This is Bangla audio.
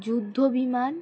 যুদ্ধ বিমান